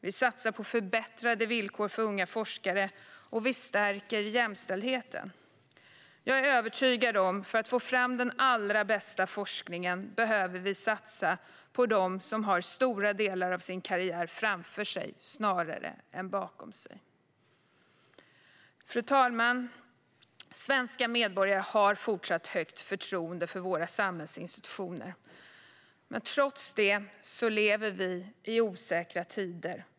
Vi satsar på förbättrade villkor för unga forskare, och vi stärker jämställdheten. Jag är övertygad om att för att få fram den allra bästa forskningen behöver vi satsa på dem som har stora delar av sin karriär framför sig snarare än bakom sig. Fru talman! Svenska medborgare har fortsatt högt förtroende för våra samhällsinstitutioner. Trots det lever vi i osäkra tider.